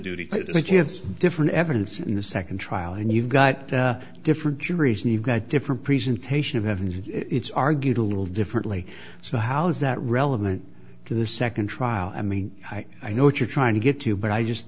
you have different evidence in the second trial and you've got different juries and you've got different presentation of heaven it's argued a little differently so how is that relevant to the second trial i mean i know what you're trying to get to but i just